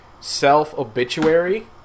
self-obituary